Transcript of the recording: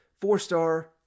Four-star